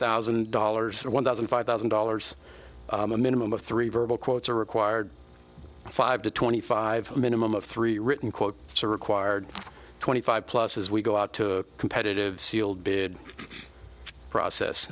thousand dollars or one thousand five thousand dollars a minimum of three verbal quotes are required five to twenty five minimum of three written quote it's a required twenty five plus as we go out to competitive sealed bid process